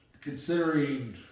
considering